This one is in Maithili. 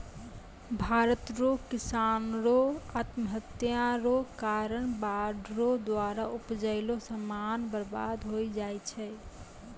भारत रो किसानो रो आत्महत्या रो कारण बाढ़ रो द्वारा उपजैलो समान बर्बाद होय जाय छै